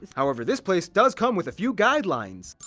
however this place does come with a few guidelines.